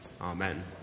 Amen